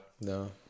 no